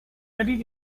ready